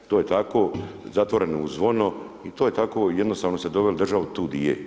To je tako zatvoreno zvono i to je tako i jednostavno ste doveli državu tu di je.